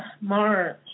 march